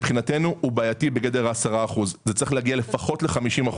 מבחינתנו זה מודל בעייתי כאשר הוא 10%. זה צריך להגיע לפחות ל-50%,